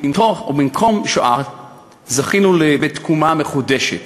ובמקום שואה זכינו בתקומה מחודשת.